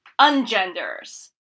ungenders